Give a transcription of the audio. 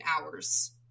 hours